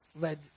led